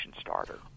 starter